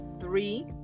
three